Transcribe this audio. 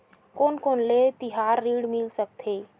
कोन कोन ले तिहार ऋण मिल सकथे?